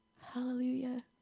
Hallelujah